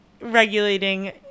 regulating